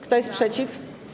Kto jest przeciw?